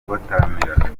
kubataramira